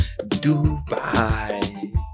Dubai